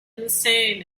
insane